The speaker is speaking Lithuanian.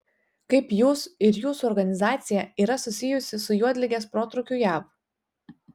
kaip jūs ir jūsų organizacija yra susijusi su juodligės protrūkiu jav